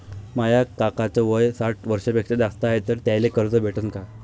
माया काकाच वय साठ वर्षांपेक्षा जास्त हाय तर त्याइले कर्ज भेटन का?